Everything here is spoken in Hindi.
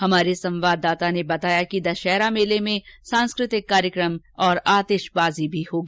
हमारे कोटा संवाददाता ने बताया कि दशहरा मेले में सांस्कृतिक कार्यकम और आतिशबाजी भी होगी